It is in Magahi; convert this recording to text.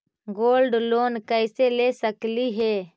गोल्ड लोन कैसे ले सकली हे?